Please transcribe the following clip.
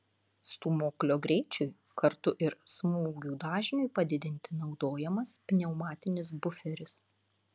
stūmoklio greičiui kartu ir smūgių dažniui padidinti naudojamas pneumatinis buferis